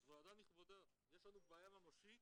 אז ועדה נכבדה, יש לנו בעיה ממשית,